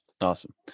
Awesome